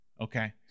Okay